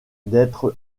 d’être